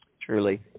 Truly